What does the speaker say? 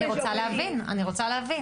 אני רוצה להבין.